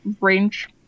range